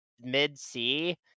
mid-C